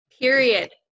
period